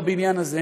בבניין הזה,